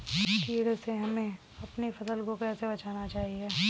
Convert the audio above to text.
कीड़े से हमें अपनी फसल को कैसे बचाना चाहिए?